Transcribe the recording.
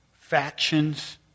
factions